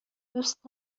دوست